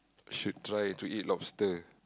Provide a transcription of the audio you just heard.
should try to eat lobster